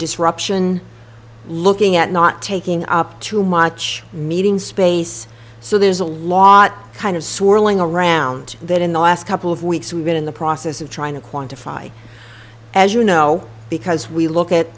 disruption looking at not taking up too much meeting space so there's a lot kind of swirling around that in the last couple of weeks we've been in the process of trying to quantify as you know because we look at